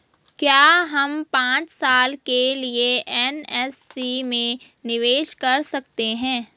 क्या हम पांच साल के लिए एन.एस.सी में निवेश कर सकते हैं?